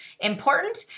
important